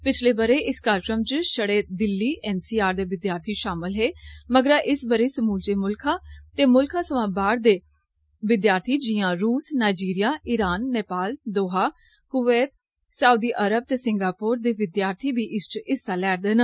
पिछले बरे इस कार्जक्रम च षडे दिल्ली एन सी आर दे विद्यार्थी षामल हे मगरा इस बरे समूलचे मुलखा ते मुलखा स्वां बाहर दे विद्यार्थी जियां रुस Nigeria Iran Nepal Doha Kuwait Saudi Arab ते सिंगापुर दे विद्यार्थी बी इस च हिस्सा लैरदे न